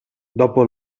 dopo